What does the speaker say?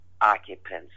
occupants